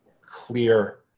clear